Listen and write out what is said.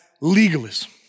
legalism